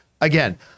again